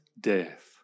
death